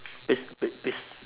bas~ ba~ bas~